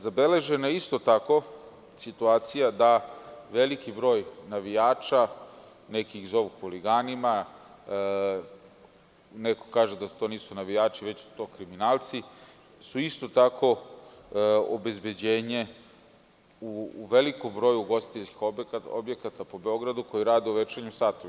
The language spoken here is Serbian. Zabeležena je i situacija da veliki broj navijača, neki ih zovu huliganima, neko kaže da to nisu navijači, već su to kriminalci, su isto tako obezbeđenje u velikom broju ugostiteljskih objekata po Beogradu koji rade u večernjim satima.